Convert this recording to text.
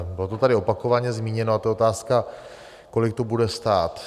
Byla to tady opakovaně zmíněna otázka, kolik to bude stát.